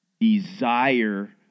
desire